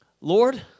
Lord